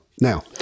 Now